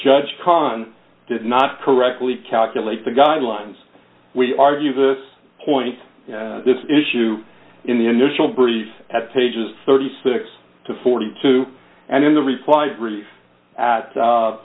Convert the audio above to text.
judge kohn did not correctly calculate the guidelines we argue this point this issue in the initial brief at pages thirty six to forty two and in the reply brief at